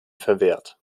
verwehrt